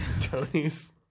Tony's